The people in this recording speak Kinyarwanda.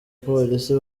polisi